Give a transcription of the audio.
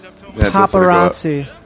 Paparazzi